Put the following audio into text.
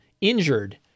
injured